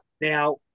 Now